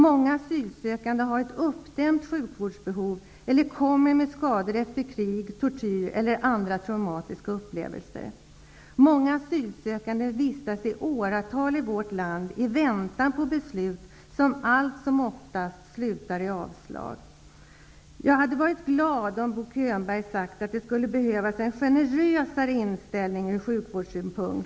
Många asylsökande har ett uppdämt sjukvårdsbehov eller kommer med skador efter krig, tortyr eller andra traumatiska upplevelser. Många asylsökande vistas i åratal i vårt land i väntan på beslut som allt som oftast blir ett avslag. Jag skulle ha blivit glad om Bo Könberg skulle ha sagt att det behövs en generösare inställning ur sjukvårdssynpunkt.